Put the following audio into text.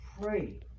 pray